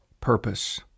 purpose